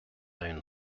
own